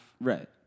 Right